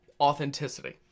authenticity